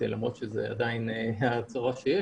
למרות שזו עדיין הצורה שיש.